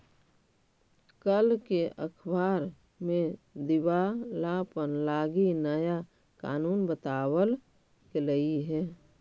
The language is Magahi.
कल के अखबार में दिवालापन लागी नया कानून बताबल गेलई हे